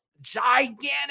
gigantic